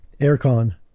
aircon